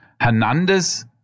Hernandez